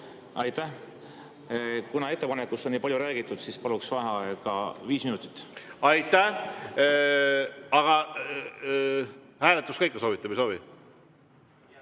Aitäh! Kuna ettepanekust on nii palju räägitud, siis paluksin vaheaega viis minutit. Aitäh! Aga hääletust ka ikka soovite, või ei soovi?